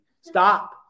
Stop